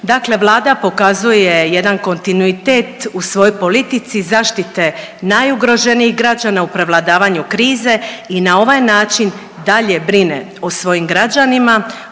Dakle, Vlada pokazuje jedan kontinuitet u svojoj politici zaštite najugroženijih građana u prevladavanju krize i na ovaj način dalje brine o svojim građanima,